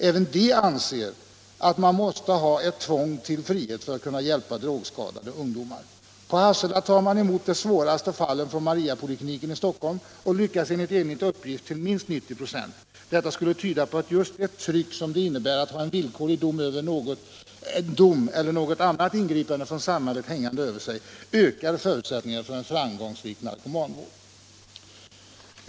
Även de anser att man måste ha ett ”tvång till frihet” för att kunna hjälpa drogskadade ungdomar. På Hassela tar man emot de svåraste fallen från Mariapolikliniken i Stockholm och lyckas enligt egen uppgift till minst 90 96. Detta skulle tyda på att just det tryck som det innebär att ha villkorlig dom eller något annat ingripande från samhället hängande över sig ökar förutsättningarna för framgångsrik narkomanvård.